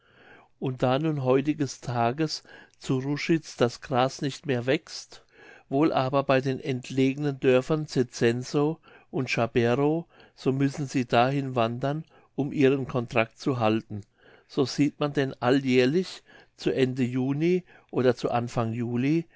und da nun heutiges tages zu ruschitz das gras nicht mehr wächst wohl aber bei den entlegenen dörfern zezenow und charberow so müssen sie dahin wandern um ihren contract zu halten so sieht man denn alljährlich zu ende juni oder zu anfang juli